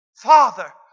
Father